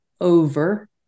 over